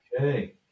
okay